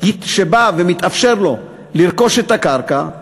שמתאפשר לו לרכוש קרקע,